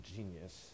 Genius